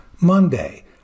Monday